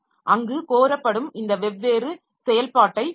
அங்கு கோரப்படும் இந்த வெவ்வேறு செயல்பாட்டைச் செய்யும்